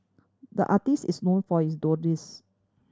the artist is known for his